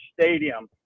stadium